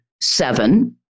seven